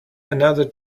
another